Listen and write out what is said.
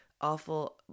awful